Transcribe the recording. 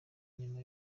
nyuma